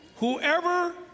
whoever